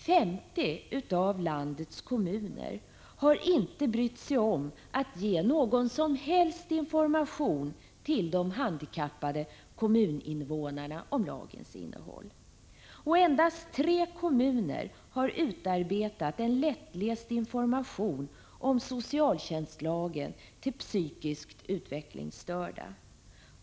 50 av landets kommuner har inte brytt sig om att ge någon som helst information till de handikappade kommuninvånarna om lagens innehåll. Endast tre kommuner har utarbetat en lättläst information om socialtjänstlagen till psykiskt utvecklingsstörda.